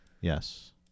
Yes